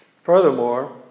Furthermore